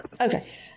Okay